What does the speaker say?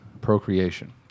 procreation